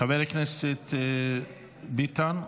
חבר הכנסת ביטן,